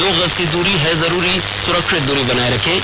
दो गज की दूरी है जरूरी सुरक्षित दूरी बनाए रखें